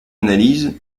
analyse